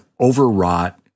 overwrought